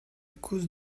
cause